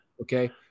Okay